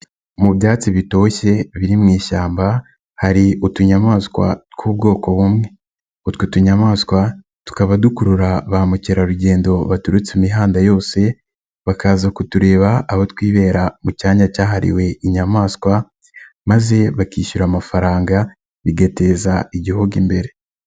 Mu byatsi bitoshye biri mu ishyamba hari utunyamaswa tw'ubwoko bumwe, utwo tunyamaswa tukaba dukurura ba mukerarugendo baturutse imihanda yose, bakaza kutureba aho twibera mu cyanya cyahariwe inyamaswa, maze bakishyura amafaranga bigateza igihugu imbere.